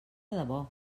debò